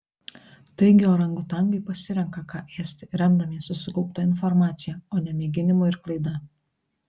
taigi orangutanai pasirenka ką ėsti remdamiesi sukaupta informacija o ne mėginimu ir klaida